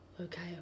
Okay